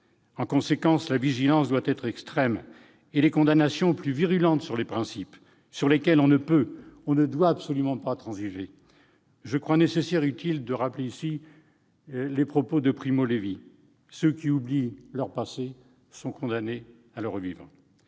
En conséquence, la vigilance doit être extrême et les condamnations plus virulentes, car il est des principes sur lesquels on ne peut et on ne doit absolument pas transiger. Je crois nécessaire de rappeler ici ces mots de Primo Levi :« Ceux qui oublient leur passé sont condamnés à le revivre.